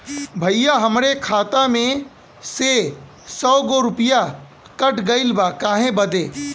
भईया हमरे खाता मे से सौ गो रूपया कट गइल बा काहे बदे?